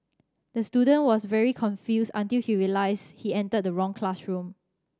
the student was very confused until he realised he entered the wrong classroom